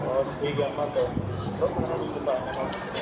ᱦᱳᱭ ᱴᱷᱤᱠ ᱜᱮᱭᱟ ᱢᱟ ᱛᱚᱵᱮ ᱥᱮᱴᱮᱨᱚᱜ ᱠᱟᱱᱟ ᱦᱟᱜ ᱞᱤᱧ ᱜᱟᱯᱟ ᱤᱱᱟᱹ ᱱᱚᱴᱟ ᱛᱮᱫᱚ